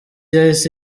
yahise